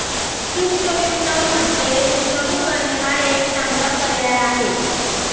सूक्ष्म वित्तमध्ये गुंतवणूक करणे हा एक चांगला पर्याय आहे